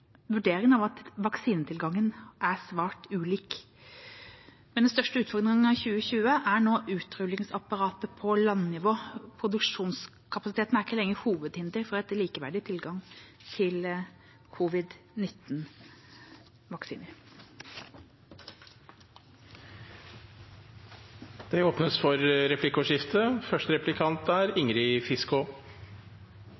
vurderingen av at vaksinetilgangen er svært ulik. Den største utfordringen i 2020 er nå utrullingsapparatet på landnivå. Produksjonskapasiteten er ikke lenger hovedhinder for likeverdig tilgang til covid-19-vaksiner. Det blir replikkordskifte. Kva skal til for